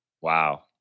Wow